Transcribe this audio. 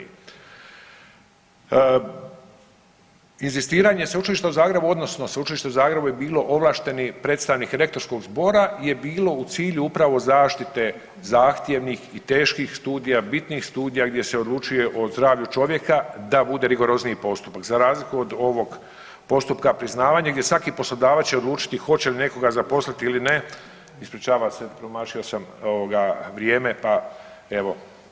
Inzistiranje Sveučilišta u Zagrebu, odnosno Sveučilište u Zagrebu je bilo ovlašteni predstavnik Rektorskog zbora je bilo u cilju upravo zaštite zahtjevnih i teških studija, bitnih studija gdje se odlučuje o zdravlju čovjeka da bude rigorozniji postupak, za razliku od ovog postupka priznavanja gdje svaki poslodavac će odlučiti hoće li nekoga zaposliti ili ne, ispričavam se, promašio sam vrijeme pa evo…